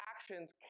actions